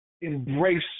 embrace